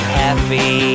happy